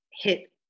hit